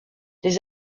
les